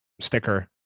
sticker